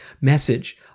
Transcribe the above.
message